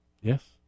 Yes